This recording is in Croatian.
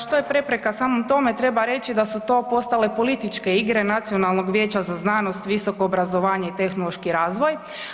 Što je prepreka samom tome treba reći da su to postale političke igre Nacionalnog vijeća za znanost, visoko obrazovanje i tehnološki razvoj.